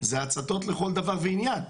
זה הצתות לכל דבר ועניין.